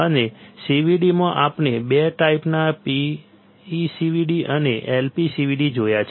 અને CVD માં આપણે 2 ટાઈપના PECVD અને LPCVD જોયા છે